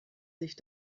sich